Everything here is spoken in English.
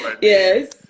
Yes